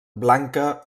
blanca